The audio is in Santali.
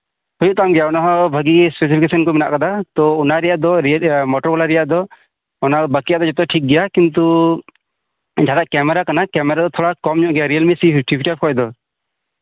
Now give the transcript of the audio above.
ᱦᱩᱭᱩᱜ ᱛᱟᱢ ᱜᱮᱭᱟ ᱚᱱᱟ ᱦᱚᱸ ᱵᱷᱟᱜᱤ ᱯᱷᱤᱜᱟᱨᱮᱥᱚᱱ ᱠᱚ ᱢᱮᱱᱟᱜ ᱠᱟᱫᱟ ᱛᱚ ᱚᱱᱟ ᱨᱮᱭᱟᱜ ᱫᱚ ᱨᱤᱭᱮᱞ ᱟᱸ ᱢᱳᱴᱳᱨ ᱵᱟᱞᱟ ᱨᱮᱭᱟᱜ ᱫᱚ ᱵᱟᱠᱤᱭᱟᱜ ᱫᱚ ᱡᱚᱛᱚ ᱴᱷᱤᱠᱜᱮᱭᱟ ᱠᱤᱱᱛᱩ ᱡᱟᱦᱟᱸ ᱠᱮᱢᱮᱨᱟ ᱠᱮᱢᱮᱨᱟ ᱫᱚ ᱠᱚᱢ ᱧᱚᱜ ᱜᱮᱭᱟ ᱟᱨᱠᱤ ᱨᱤᱭᱮᱞᱢᱤ ᱥᱤ ᱥᱤᱠᱥᱴᱤ ᱯᱷᱟᱭᱤᱵᱽ ᱠᱷᱚᱡᱽ ᱫᱚ